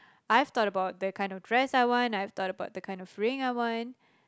I've thought about the kind of dress I want I've thought about the kind of ring I want